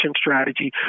strategy